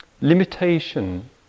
limitation